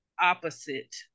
opposite